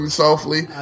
softly